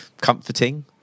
comforting